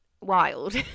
wild